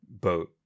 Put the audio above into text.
boat